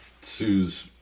Sue's